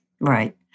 Right